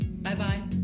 Bye-bye